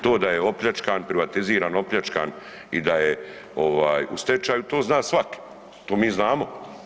To da je opljačkan, privatiziran, opljačkan i da je ovaj u stečaju, to zna svak, to mi znamo.